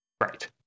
Right